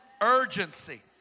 Urgency